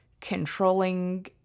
controlling